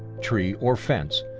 tree, or fence,